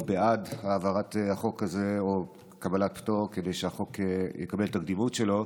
בעד העברת החוק הזה או קבלת פטור כדי שהחוק יקבל את הקדימות שלו.